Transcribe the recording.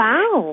Wow